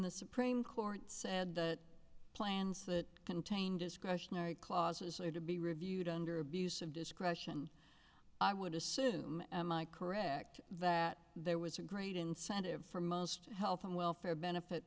the supreme court said that plans that contain discretionary clauses are to be reviewed under abuse of discretion i would assume am i correct that there was a great incentive for most health and welfare benefit